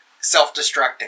self-destructing